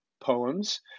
poems